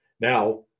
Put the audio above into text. Now